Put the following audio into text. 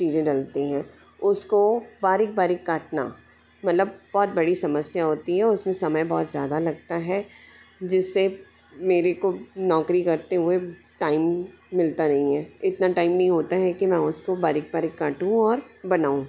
चीज़ें डलती हैं उसको बारीक बारीक काटना मतलब बहुत बड़ी समस्या होती हैं उसमें समय बहुत ज़्यादा लगता है जिससे मेरे को नौकरी करते हुए टाइम मिलता नहीं है इतना टाइम नहीं होता है कि मैं उसको बारीक बारीक काटूँ और बनाऊँ